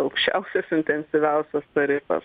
aukščiausias intensyviausias tarifas